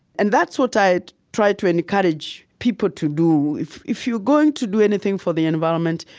and that's what i try to encourage people to do. if if you're going to do anything for the environment,